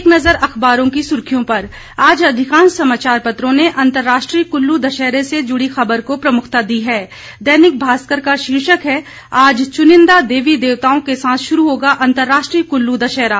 एक नज़र अखबारों की सुर्खियों पर आज अधिकांश समाचार पत्रों ने अर्न्तराष्ट्रीय कुल्लू दशहरे से जुड़ी खबर को प्रमुखता दी है दैनिक भास्कर का शीर्षक है आज चुनिंदा देवी देवताओं के साथ शुरू होगा अंतर्राष्ट्रीय कुल्लू दशहरा